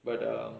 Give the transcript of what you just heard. but uh